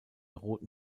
roten